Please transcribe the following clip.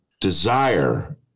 desire